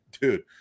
dude